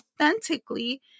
authentically